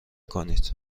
کنید